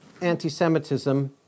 anti-Semitism